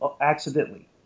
accidentally